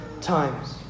times